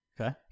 Okay